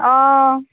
অঁ